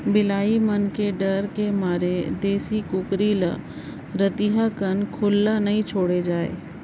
बिलाई मन के डर के मारे देसी कुकरी ल रतिहा कन खुल्ला नइ छोड़े जाए